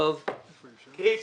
זה קריטי.